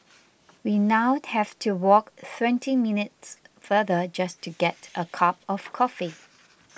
we now have to walk twenty minutes farther just to get a cup of coffee